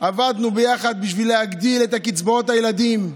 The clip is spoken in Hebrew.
עבדנו יחד כדי להגדיל את קצבאות הילדים.